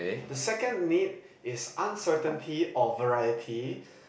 the second need is uncertainty or variety